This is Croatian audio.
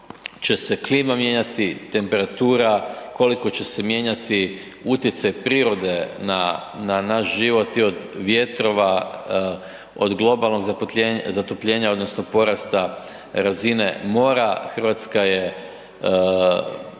će se klima mijenjati, temperatura, koliko će se mijenjati utjecaj prirode na, na naš život od vjetrova, od globalnog zatopljenja odnosno porasta razine mora RH je